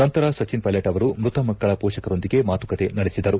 ನಂತರ ಸಚಿನ್ ಪೈಲಟ್ ಅವರು ಮ್ನತ ಮಕ್ಕಳ ಮೋಷಕರೊಂದಿಗೆ ಮಾತುಕತೆ ನಡೆಸಿದರು